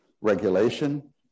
regulation